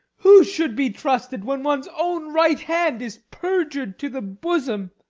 who should be trusted, when one's own right hand is perjured to the bosom?